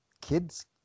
kids